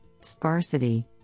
sparsity